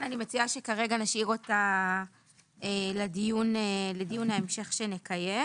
אני מציעה שכרגע נשאיר אותה לדיון ההמשך שנקיים